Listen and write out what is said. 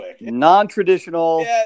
non-traditional